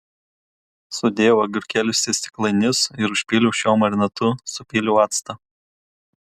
sudėjau agurkėlius į stiklainius ir užpyliau šiuo marinatu supyliau actą